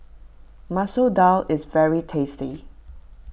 Masoor Dal is very tasty